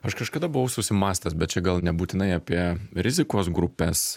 aš kažkada buvau susimąstęs bet čia gal nebūtinai apie rizikos grupes